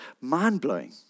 mind-blowing